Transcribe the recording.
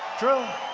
true.